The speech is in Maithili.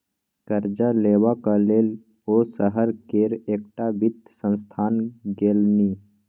करजा लेबाक लेल ओ शहर केर एकटा वित्त संस्थान गेलनि